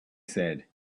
said